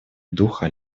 духа